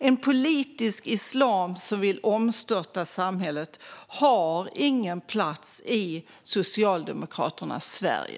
En politisk islam som vill omstörta samhället har ingen plats i Socialdemokraternas Sverige.